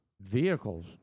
Vehicles